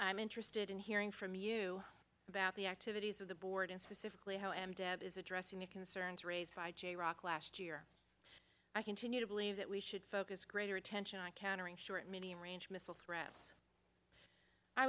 i'm interested in hearing from you about the activities of the board and specifically how and dad is addressing the concerns raised by rock last year i continue to believe that we should focus greater attention i countering short medium range missile threat i